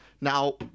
Now